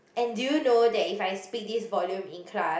and do you know that if I speak this volume in class